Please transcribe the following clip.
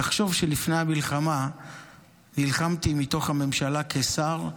תחשוב שלפני המלחמה נלחמתי מתוך הממשלה כשר,